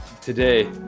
today